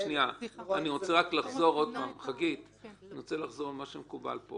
אני רוצה לחזור על מה שמקובל פה